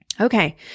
Okay